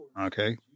Okay